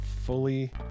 fully